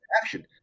action